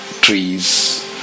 trees